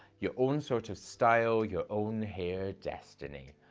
your own sort of style, your own hair destiny.